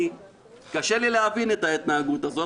קשה לי להבין את ההתנהגות הזאת,